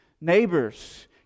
neighbors